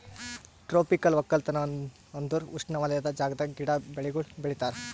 tropical ಒಕ್ಕಲತನ ಅಂದುರ್ ಉಷ್ಣವಲಯದ ಜಾಗದಾಗ್ ಗಿಡ, ಬೆಳಿಗೊಳ್ ಬೆಳಿತಾರ್